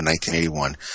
1981